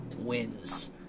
wins